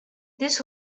this